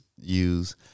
use